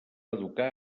educar